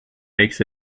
makes